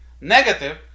negative